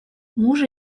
мужа